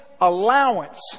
allowance